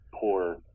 poor